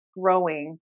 growing